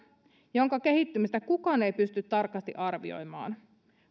jonka kehittymistä kukaan ei pysty tarkasti arvioimaan